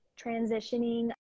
transitioning